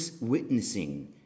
witnessing